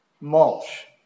mulch